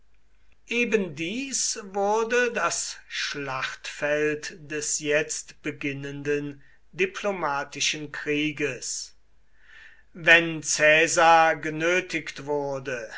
ebendies wurde das schlachtfeld des jetzt beginnenden diplomatischen krieges wenn caesar genötigt wurde